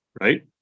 Right